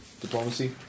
Diplomacy